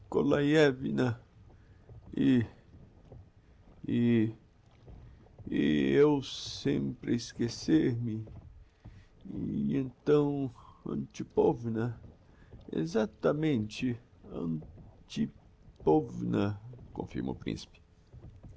nikolaievna e e e eu sempre a esquecer-me e então antipovna exactamente an ti povna confirma o principe